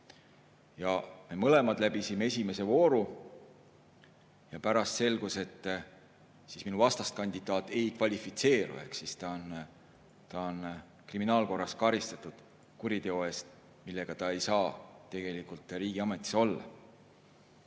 Me mõlemad läbisime esimese vooru. Ja pärast selgus, et minu vastaskandidaat ei kvalifitseeru, kuna ta on kriminaalkorras karistatud kuriteo eest, mille tõttu ta ei saa tegelikult riigiametis olla.